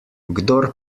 kdor